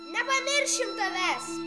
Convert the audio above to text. nepamiršim tavęs